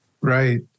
Right